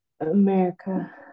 America